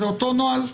זה אותו נוהל?